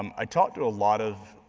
um i talk to a lot of,